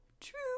True